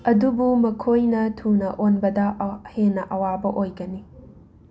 ꯑꯗꯨꯕꯨ ꯃꯈꯣꯏꯅ ꯊꯨꯅ ꯑꯣꯟꯕꯗ ꯍꯦꯟꯅ ꯑꯋꯥꯕ ꯑꯣꯏꯒꯅꯤ